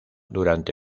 durante